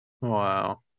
Wow